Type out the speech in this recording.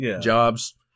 jobs